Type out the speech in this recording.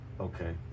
Okay